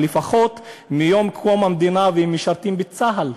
לפחות מיום קום המדינה הם משרתים בצה"ל,